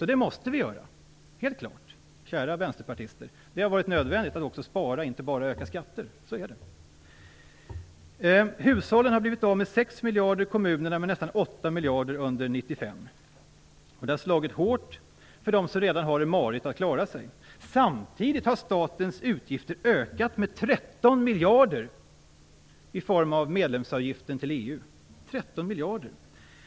Och det är helt klart, kära vänsterpartister: Det har varit nödvändigt att spara, inte bara att öka skatter. Hushållen har blivit av med 6 miljarder och kommunerna med nästan 8 miljarder under 1995. Det har slagit hårt mot dem som redan har det marigt ställt. Samtidigt har statens utgifter ökat med 13 miljarder genom medlemsavgiften till EU. 13 miljarder!